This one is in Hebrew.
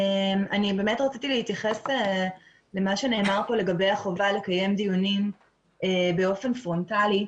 רציתי להתייחס למה שנאמר פה לגבי החובה לקיים דיונים באופן פרונטלי.